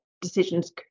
decisions